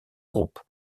groupe